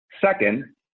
second